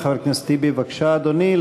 חבר הכנסת טיבי, בבקשה, אדוני.